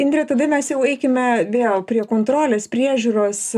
indre tada mes jau eikime vėl prie kontrolės priežiūros